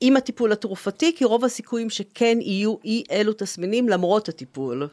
עם הטיפול התרופתי כי רוב הסיכויים שכן יהיו אי אלו תסמינים למרות הטיפול